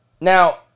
Now